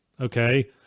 okay